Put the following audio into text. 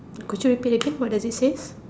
could you repeat again what does it says